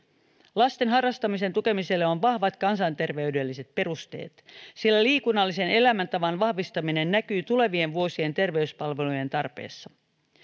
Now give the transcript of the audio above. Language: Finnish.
lasten harrastamisen tukemiselle on vahvat kansanterveydelliset perusteet sillä liikunnallisen elämäntavan vahvistaminen näkyy tulevien vuosien terveyspalvelujen tarpeessa